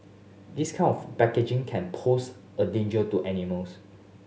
this kind of packaging can pose a danger to animals